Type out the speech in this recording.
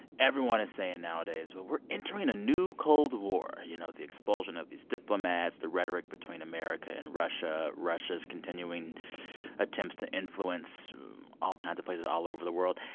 everyone is saying nowadays, well, we're entering a new cold war you know, the expulsion of these diplomats, the rhetoric between america and russia, russia's continuing attempts to influence all kinds of places all over the world.